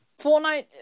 Fortnite